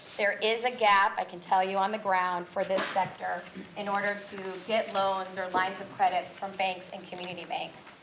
there is a gap, i can tell you, on the ground for this sector in order to get loans or lines of credits from banks and community banks.